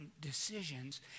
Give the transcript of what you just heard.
decisions